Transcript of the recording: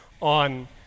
on